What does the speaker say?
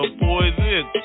poison